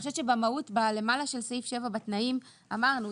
אני חושבת שבמהות, בסעיף 7 למעלה, בתנאים, אמרנו.